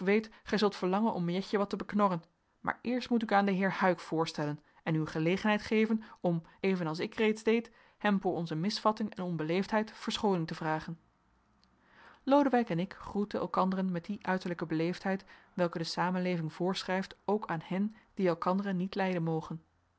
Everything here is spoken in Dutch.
gij zult verlangen om jetje wat te beknorren maar eerst moet ik u aan den heer huyck voorstellen en u gelegenheid geven om evenals ik reeds deed hem voor onze misvatting en onbeleefdheid verschooning te vragen lodewijk en ik groetten elkanderen met die uiterlijke beleefdheid welke de samenleving voorschrijft ook aan hen die elkanderen niet lijden mogen